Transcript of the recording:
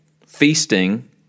Feasting